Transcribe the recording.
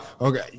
okay